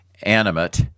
animate